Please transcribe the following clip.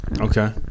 Okay